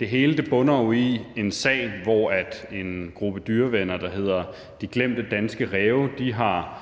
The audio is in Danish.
Det hele bunder jo i en sag, hvor en gruppe dyrevenner, der hedder De Glemte Danske Ræve, har